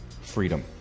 freedom